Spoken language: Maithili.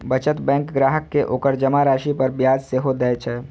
बचत बैंक ग्राहक कें ओकर जमा राशि पर ब्याज सेहो दए छै